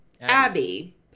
Abby